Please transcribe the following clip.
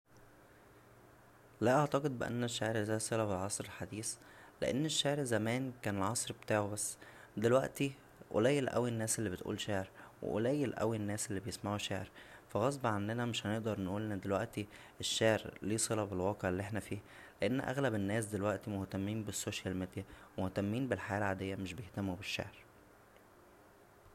لا اعتقد ب ان الشعر ذا صله بالعصر الحديث لان الشعر زمان كان العصر بتاعه بس دلوقتى قليل اوى الناس اللى بتقول شعر و قليل اوى الناس اللى بيسمعو شعر فا غصب عننا مش هنقدر نقول ان دلوقتى الشعر ليه صله بالواقع اللى احنا فيه لان اغلب الناس دلوقتى مهتمين بالسوشيال ميديا و مهتمين بالحياه العاديه مش بيهتمو بالشعر